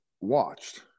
watched